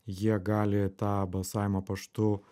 jie gali tą balsavimą paštu